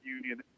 Union